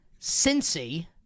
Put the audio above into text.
Cincy